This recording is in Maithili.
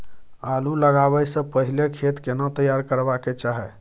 आलू लगाबै स पहिले खेत केना तैयार करबा के चाहय?